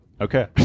Okay